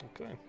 Okay